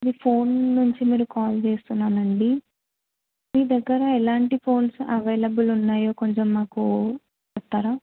మీ phone నుంచి మీరు call చేస్తున్నానండి మీ దగ్గర ఎలాంటి ఫోన్స్ అవైలబిల్గా ఉన్నాయో కొంచెం మాకు చెప్తారా